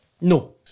No